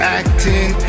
acting